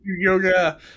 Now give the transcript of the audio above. yoga